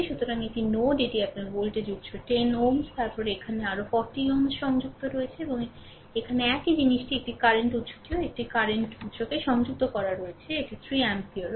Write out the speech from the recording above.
সুতরাং এটি নোড এটি আপনার ভোল্টেজ উত্স 10 Ω তারপরে এখানেও আরও 40 Ω সংযুক্ত রয়েছে এবং এখানে একই জিনিসটি একটি কারেন্ট উত্সটিও একটি কারেন্ট উত্সকে সংযুক্ত করা হয়েছে এটি 3 এম্পিয়ারও